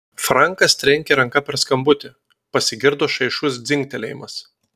frankas trenkė ranka per skambutį pasigirdo šaižus dzingtelėjimas